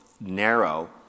narrow